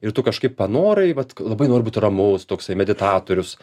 ir tu kažkaip panorai vat labai noriu būt ramus toksai meditatorius